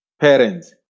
parents